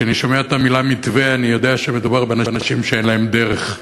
כשאני שומע את המילה "מתווה" אני יודע שמדובר באנשים שאין להם דרך.